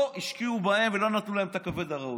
השקיעו בהם ולא נתנו להם את הכבוד הראוי.